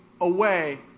away